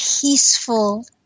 peaceful